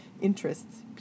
Interests